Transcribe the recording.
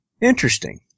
Interesting